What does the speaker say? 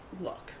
look